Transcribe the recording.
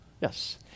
Yes